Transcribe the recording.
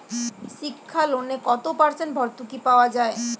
শিক্ষা লোনে কত পার্সেন্ট ভূর্তুকি পাওয়া য়ায়?